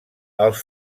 els